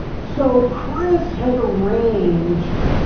so chris had arranged,